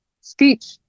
speech